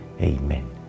Amen